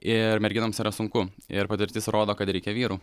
ir merginoms yra sunku ir patirtis rodo kad reikia vyrų